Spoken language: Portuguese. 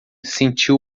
sentiu